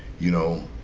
you know.